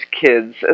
kids